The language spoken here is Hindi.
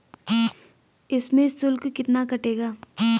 इसमें शुल्क कितना कटेगा?